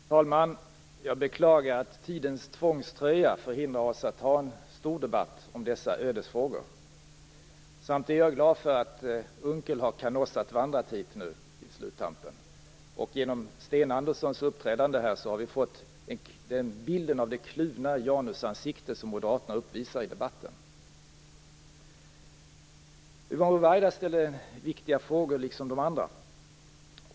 Fru talman! Jag beklagar att tidens tvångströja förhindrar oss att ha en stor debatt om dessa ödesfrågor. Samtidigt är jag glad för att Unckel har Canossavandrat hit nu på sluttampen. Genom Sten Anderssons uppträdande här, har vi fått bilden av det kluvna Janusansikte som Moderaterna uppvisar i debatten. Yvonne Ruwaida ställde viktiga frågor, liksom de andra.